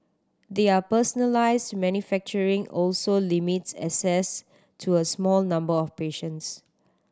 their personalised manufacturing also limits access to a small number of patients